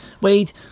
Wade